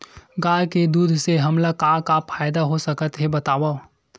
गाय के दूध से हमला का का फ़ायदा हो सकत हे बतावव?